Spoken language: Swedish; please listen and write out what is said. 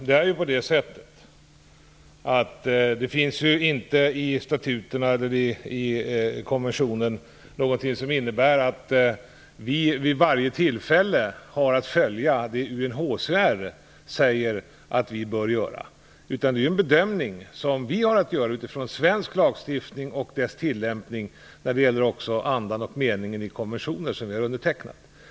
Herr talman! Det finns inte i konventionen något som säger att vi vid varje tillfälle har att följa det som UNHCR menar att vi bör göra. Vi har att göra en bedömning utifrån svensk lagstiftning och tillämpningen av denna liksom utifrån andan och meningen i de konventioner som vi har undertecknat.